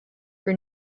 for